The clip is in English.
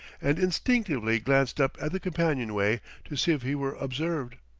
and instinctively glanced up at the companionway, to see if he were observed.